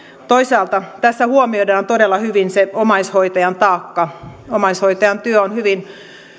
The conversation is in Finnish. toisaalta tässä huomioidaan todella hyvin omaishoitajan taakka omaishoitajan työ on hyvin